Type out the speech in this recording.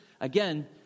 again